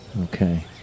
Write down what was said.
Okay